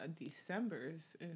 December's